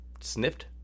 sniffed